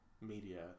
media